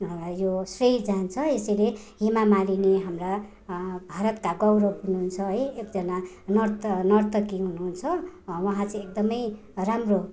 यो श्रेय जान्छ यसैले हेमा मालिनी हाम्रा भारतका गौरव हुनु हुन्छ है एकजना नर्त नर्तकी हुनु हुन्छ उहाँ चाहिँ एकदमै राम्रो